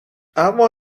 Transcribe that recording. اما